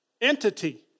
entity